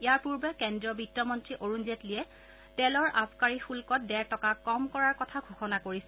ইয়াৰ পূৰ্বে কেন্দ্ৰীয় বিত্তমন্তী অৰুণ জেটলীয়ে তেলৰ আবকাৰী শুল্কত ডেৰ টকা কম কৰাৰ কথা ঘোষণা কৰিছিল